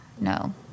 No